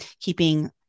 keeping